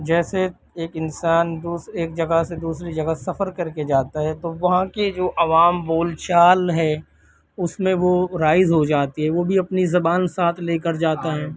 جیسے ایک انسان ایک جگہ سے دوسری جگہ سفر کر کے جاتا ہے تو وہاں کے جو عوام بول چال ہے اس میں وہ رائج ہو جاتی ہے وہ بھی اپنی زبان ساتھ لے کر جاتا ہے